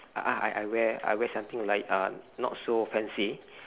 I I I wear I wear something like not so fancy